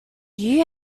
you